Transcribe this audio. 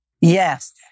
Yes